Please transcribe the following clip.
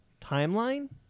timeline